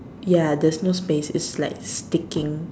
ya there's no space it's like sticking